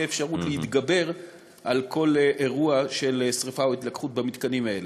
אפשרות להתגבר על כל אירוע של שרפה או התלקחות במתקנים האלה.